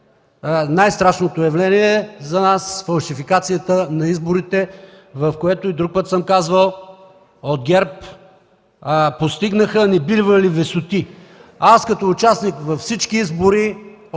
най-страшното явление за нас – фалшификацията на изборите, за което и друг път съм казвал, от ГЕРБ постигнаха небивали висоти. Аз като участник във всички избори